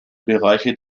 bereiche